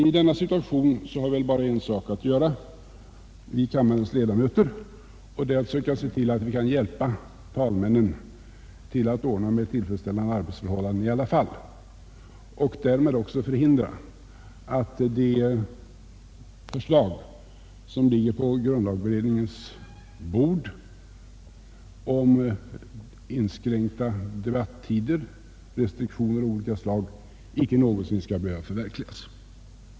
I denna situation har vi kammarledamöter väl bara en sak att göra, nämligen att försöka hjälpa talmännen att ordna med tillfredsställande arbetsförhållanden ändå och därmed också bidra till att förslagen på grundlagberedningens bord rörande inskränkta debattider och restriktioner av olika slag icke någonsin förverkligas.